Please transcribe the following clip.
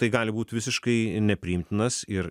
tai gali būt visiškai nepriimtinas ir